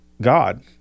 God